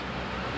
why